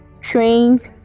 trains